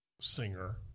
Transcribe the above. singer